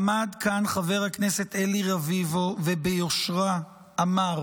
עמד כאן חבר הכנסת אלי רביבו, וביושרה אמר